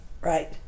Right